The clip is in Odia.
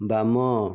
ବାମ